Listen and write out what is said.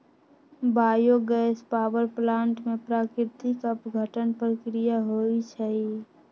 bio gas power plant में प्राकृतिक अपघटन प्रक्रिया होइ छइ